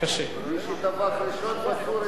מי שטבח ראשון בסורים זה אתם.